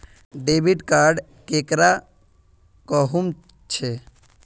Debit card केकरा कहुम छे?